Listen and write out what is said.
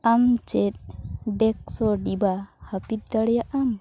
ᱟᱢ ᱪᱮᱫ ᱰᱮᱠᱥ ᱰᱤᱵᱟ ᱦᱟᱯᱤᱫ ᱫᱟᱲᱮᱭᱟᱜᱼᱟ ᱟᱢ